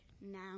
now